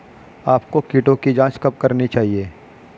आपको कीटों की जांच कब करनी चाहिए?